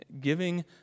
giving